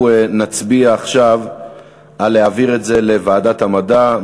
אנחנו נצביע עכשיו על העברת הנושא לוועדת המדע.